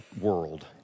world